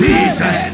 Jesus